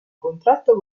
contratto